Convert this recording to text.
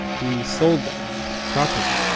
he sold them, as property.